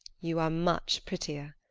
you are much prettier.